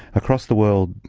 across the world,